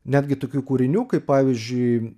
netgi tokių kūrinių kaip pavyzdžiui